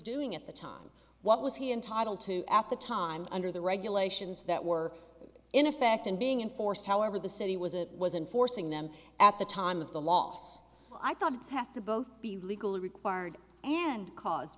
doing at the time what was he entitled to at the time under the regulations that were in effect and being enforced however the city was it was enforcing them at the time of the loss i thought it's have to both be legally required and caused